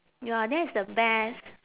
ya that's the best